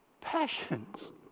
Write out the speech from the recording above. passions